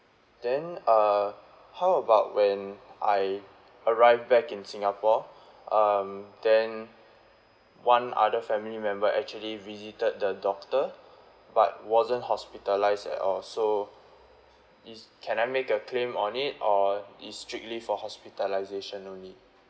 then uh how about when I arrived back in singapore um then one other family member actually visited the doctor but wasn't hospitalised at all so is can I make a claim on it or it's strictly for hospitalisation only